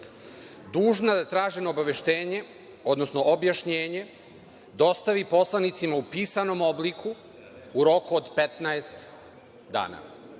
dužna da traženo obaveštenje, odnosno objašnjenje dostave poslanicima u pisanom obliku u roku od 15 dana.